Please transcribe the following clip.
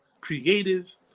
creative